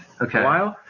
Okay